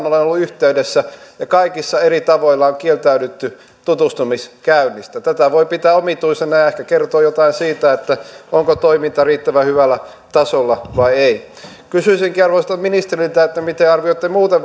olen ollut yhteydessä ja kaikissa eri tavoilla on kieltäydytty tutustumiskäynnistä tätä voi pitää omituisena ja ehkä se kertoo jotain siitä onko toiminta riittävän hyvällä tasolla vai ei kysyisinkin arvoisalta ministeriltä miten arvioitte muuten